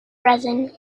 resin